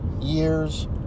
Years